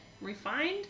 refined